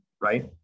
right